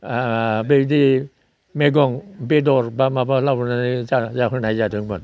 बेदि मैगं बेदर बा माबा लाबोनानै जाहोनाय जादोंमोन